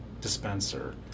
dispenser